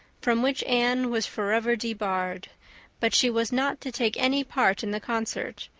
from which anne was forever debarred but she was not to take any part in the concert,